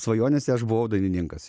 svajonėse aš buvau dainininkas